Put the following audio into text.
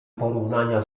porównania